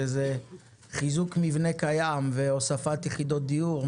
שזה חיזוק מבנה קיים והוספת יחידות דיור,